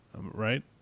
right